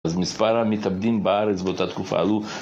אז מספר המתאבדים בארץ באותה תקופה עלו